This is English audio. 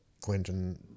Quentin